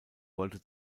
wollte